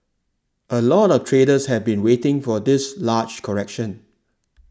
a lot of traders have been waiting for this large correction